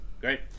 great